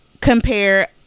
compare